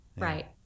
Right